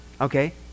Okay